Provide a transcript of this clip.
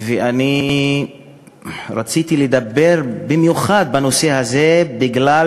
ואני רציתי לדבר בנושא הזה במיוחד